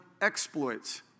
exploits